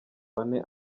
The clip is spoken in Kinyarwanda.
bane